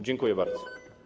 Dziękuję bardzo.